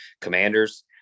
commanders